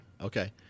Okay